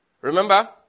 Remember